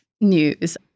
news